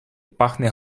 пахне